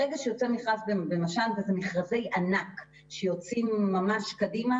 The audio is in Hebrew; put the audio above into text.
ברגע שיוצא מכרז במש"ן וזה מכרזי ענק שיוצאים ממש קדימה